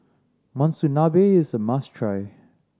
monsunabe is a must try